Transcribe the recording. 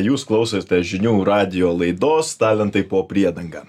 jūs klausote žinių radijo laidos talentai po priedanga